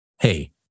Hey